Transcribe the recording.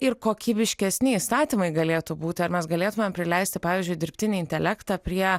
ir kokybiškesni įstatymai galėtų būti ar mes galėtumėm prileisti pavyzdžiui dirbtinį intelektą prie